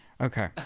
Okay